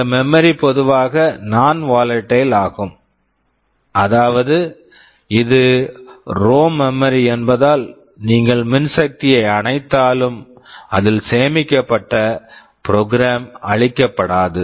இந்த memory memory பொதுவாக நான் வாலட்டைல் non volatile ஆகும் அதாவது இது ரோம் ROM மெமரி memory என்பதால் நீங்கள் மின்சக்தியை அணைத்தாலும் அதில் சேமிக்கப்பட்ட ப்ரோக்ராம் program அழிக்கப்படாது